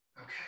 okay